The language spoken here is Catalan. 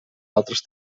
altres